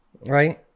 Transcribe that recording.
Right